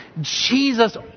jesus